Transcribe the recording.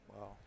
Wow